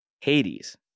Hades